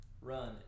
run